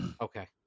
Okay